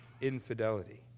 infidelity